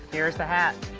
here's the hat.